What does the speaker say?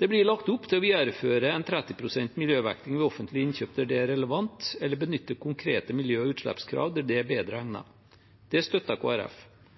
Det blir lagt opp til å videreføre 30 pst. miljøvekting ved offentlige innkjøp der det er relevant, eller å benytte konkrete miljø- og utslippskrav der det er bedre egnet. Det støtter